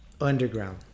underground